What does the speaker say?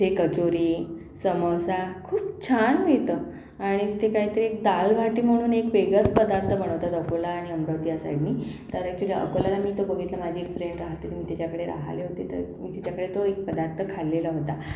ते कचोरी समोसा खूप छान मिळतं आणि तिथे काहीतरी एक दाल बाटी म्हणून एक वेगळाच पदार्थ बनवतात अकोला आणि अमरावती या साईडनी तर अॅक्च्युअली अकोल्याला मी तो बघितला माझी एक फ्रेंड राहते मी तिच्याकडे राहले होते तर मी तिच्याकडे तो एक पदार्थ खाल्लेला होता